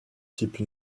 type